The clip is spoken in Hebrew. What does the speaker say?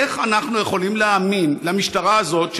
איך אנחנו יכולים להאמין למשטרה הזאת,